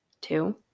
Two